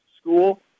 school